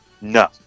No